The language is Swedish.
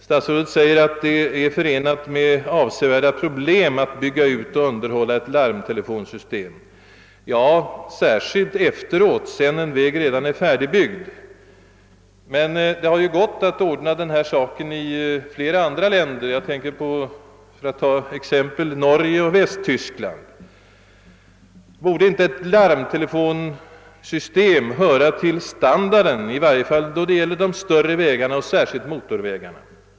Statsrådet säger att det är förenat med avsevärda problem att bygga ut och underhålla ett larmtelefonsystem. Ja, särskilt sedan en väg är färdigbyggd! Men det har gått att ordna ett sådant system i flera andra länder, t.ex. i Norge och Västtyskland. Borde inte ett larmtelefonsystem höra till standarden, i varje fall för de större vägarna och motorvägarna?